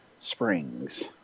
Springs